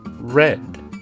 Red